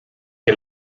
que